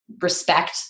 respect